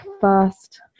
first